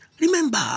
Remember